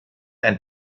ein